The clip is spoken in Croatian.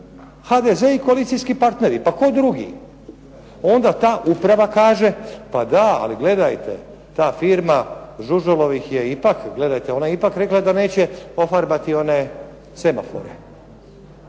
HDZ i koalicijski partneri, pa tko drugi, onda ta uprava kaže pa da, ali gledajte ta firma Žužulovih je ipak, gledajte ona je ipak rekla da neće ofarbati one semafore,